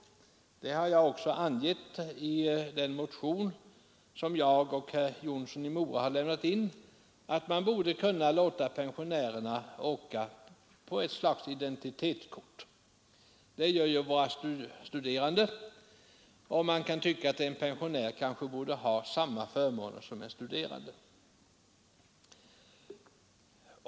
Jag har varit inne på en liknande tanke i den motion som jag och herr Jonsson i Mora har lämnat in, nämligen att man borde kunna låta pensionärerna åka på ett slags identitetskort. Det gör ju våra studerande, och en pensionär borde väl ha samma förmåner som en studerande.